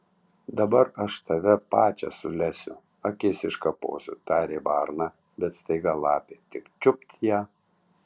dabar aš tave pačią sulesiu akis iškaposiu tarė varna bet staiga lapė tik čiupt ją